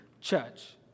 church